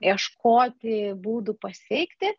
ieškoti būdų pasveikti